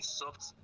soft